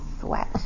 sweat